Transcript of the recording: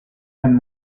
and